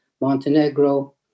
Montenegro